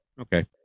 okay